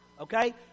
okay